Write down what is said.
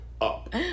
up